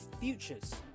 futures